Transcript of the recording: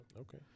Okay